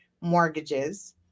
mortgages